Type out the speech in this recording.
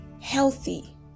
healthy